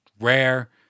rare